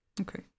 okay